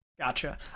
Gotcha